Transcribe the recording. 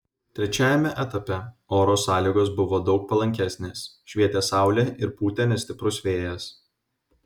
trečiajame etape oro sąlygos buvo daug palankesnės švietė saulė ir pūtė nestiprus vėjas